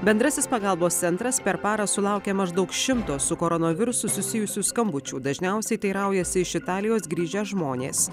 bendrasis pagalbos centras per parą sulaukė maždaug šimto su koronavirusu susijusių skambučių dažniausiai teiraujasi iš italijos grįžę žmonės